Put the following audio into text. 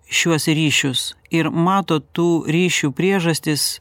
šiuos ryšius ir mato tų ryšių priežastis